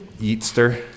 Easter